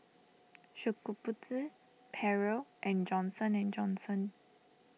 Shokubutsu Perrier and Johnson and Johnson